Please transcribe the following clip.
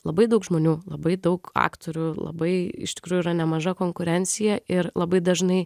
labai daug žmonių labai daug aktorių labai iš tikrųjų yra nemaža konkurencija ir labai dažnai